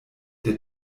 der